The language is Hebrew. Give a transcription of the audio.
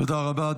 תודה רבה.